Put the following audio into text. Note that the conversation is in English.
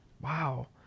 wow